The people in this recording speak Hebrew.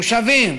מושבים